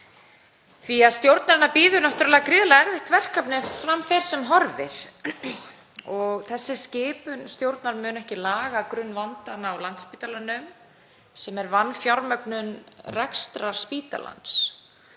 laga. Stjórnarinnar bíður náttúrlega gríðarlega erfitt verkefni ef fram fer sem horfir og þessi skipun stjórnar mun ekki laga grunnvandann á Landspítalanum sem er vanfjármögnun rekstrar spítalans.